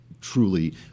truly